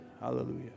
hallelujah